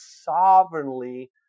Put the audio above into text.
sovereignly